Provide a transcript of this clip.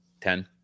Ten